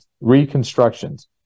reconstructions